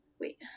Wait